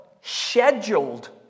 scheduled